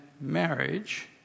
marriage